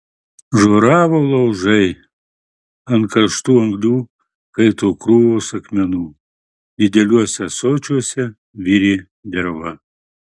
žioravo laužai ant karštų anglių kaito krūvos akmenų dideliuose ąsočiuose virė derva